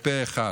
פה אחד.